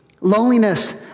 Loneliness